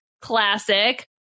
classic